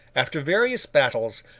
after various battles,